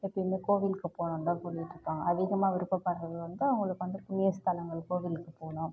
எப்பையுமே கோவிலுக்கு போகணுன்னு தான் சொல்லிட்டுருக்காங்க அதிகமாக விருப்பப்படுறது வந்து அவங்களுக்கு வந்து புண்ணிய ஸ்தலங்கள் கோவிலுக்கு போகணும்